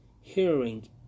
hearing